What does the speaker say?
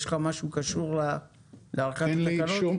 יש לך משהו שקשור להארכת התקנות?